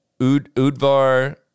udvar